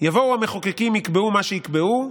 יבואו המחוקקים, יקבעו מה שיקבעו,